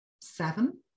seven